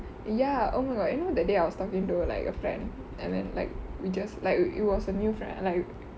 ya oh my god you know that day I was talking to like a friend and then like we just like it was a new friend